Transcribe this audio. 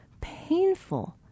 painful